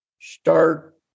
start